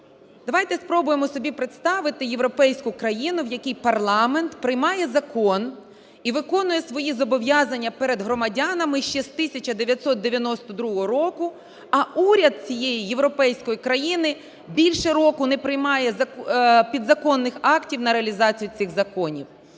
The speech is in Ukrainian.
Давайте спробуємо собі представити європейську країну, в якій парламент приймає закон і виконує свої зобов'язання перед громадянами ще з 1992 року. А уряд цієї європейської країни більше року не приймає підзаконних актів на реалізацію цих законів.